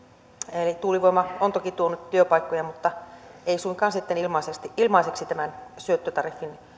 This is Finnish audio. eli tuulivoima on toki tuonut työpaikkoja mutta ei suinkaan sitten ilmaiseksi ilmaiseksi tämän syöttötariffin